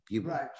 Right